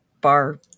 bar